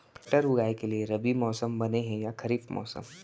मटर उगाए के लिए रबि मौसम बने हे या खरीफ मौसम?